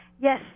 Yes